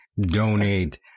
donate